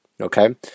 Okay